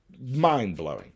Mind-blowing